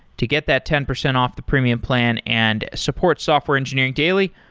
to get that ten percent off the premium plan and support software engineering daily,